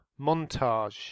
montage